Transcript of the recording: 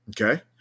Okay